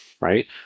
right